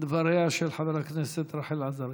דבריה של חברת הכנסת רחל עזריה.